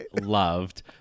loved